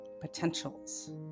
potentials